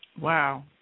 Wow